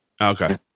okay